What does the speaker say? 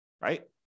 right